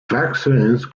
vaccines